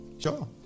Sure